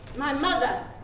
my mother